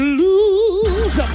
lose